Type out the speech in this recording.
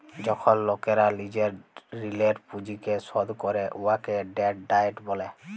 যখল লকেরা লিজের ঋলের পুঁজিকে শধ ক্যরে উয়াকে ডেট ডায়েট ব্যলে